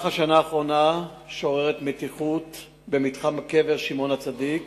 בשנה האחרונה שוררת מתיחות במתחם קבר שמעון הצדיק,